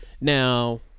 Now